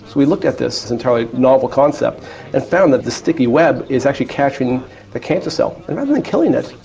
we looked at this this entirely novel concept and we found that this sticky web is actually capturing the cancer cell, and rather than killing it,